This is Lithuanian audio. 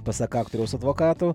pasak aktoriaus advokatų